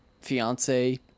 fiance